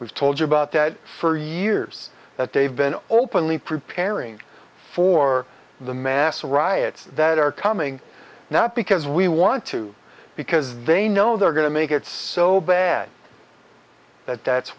we've told you about that for years that they've been openly preparing for the mass riots that are coming not because we want to because they know they're going to make it so bad that that's